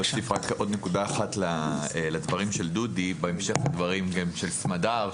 להוסיף עוד נקודה אחת לדברים של דודי בהמשך לדברים של סמדר,